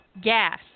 gas